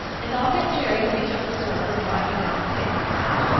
and i'll get jerry to hitch up the sorrel and drive you down to the picnic ground.